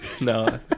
No